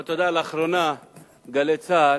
אבל לאחרונה "גלי צה"ל"